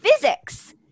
physics